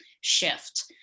shift